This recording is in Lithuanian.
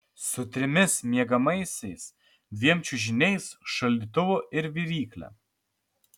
su trimis miegamaisiais dviem čiužiniais šaldytuvu ir virykle